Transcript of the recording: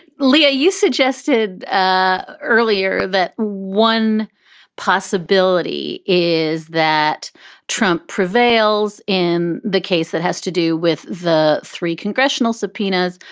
leo, you suggested ah earlier that one possibility is that trump prevails in the case that has to do with the three congressional subpoenas,